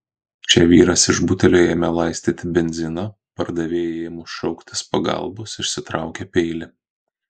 čia vyras iš butelio ėmė laistyti benziną pardavėjai ėmus šauktis pagalbos išsitraukė peilį